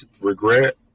regret